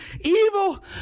Evil